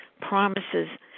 promises